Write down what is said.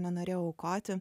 nenorėjau aukoti